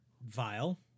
vile